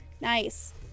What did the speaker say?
Nice